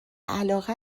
علاقه